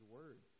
Word